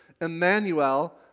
Emmanuel